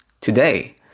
today